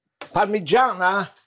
Parmigiana